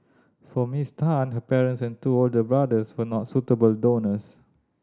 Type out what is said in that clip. for Miss Tan her parents and two older brothers were not suitable donors